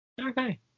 Okay